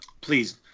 Please